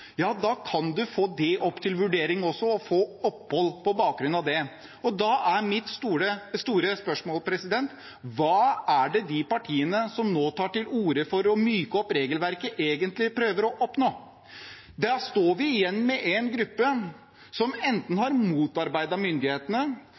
ja, da kan man få det opp til vurdering også og få opphold på bakgrunn av det. Da er mitt store spørsmål: Hva er det de partiene som nå tar til orde for å myke opp regelverket, egentlig prøver å oppnå? Da står vi igjen med en gruppe som enten